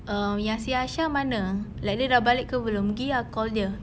um yang si aisha mana like dia sudah balik ke belum pergi ah call dia